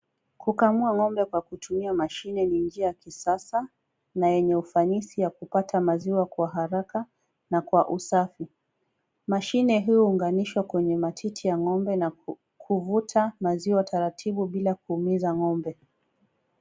Kukamua ng'ombe kwa kutumia mashine ni njia ya kisasa na yenye ufanisi wa kupata maziwa kwa njia ya haraka na kwa usafi. Mashine huu uunganishwa kwenye matiti ya ng'ombe na kuvuta maziwa taratibu bila kuumiza ng'ombe.